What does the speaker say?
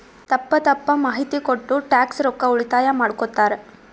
ತಪ್ಪ ತಪ್ಪ ಮಾಹಿತಿ ಕೊಟ್ಟು ಟ್ಯಾಕ್ಸ್ ರೊಕ್ಕಾ ಉಳಿತಾಯ ಮಾಡ್ಕೊತ್ತಾರ್